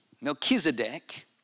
Melchizedek